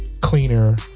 cleaner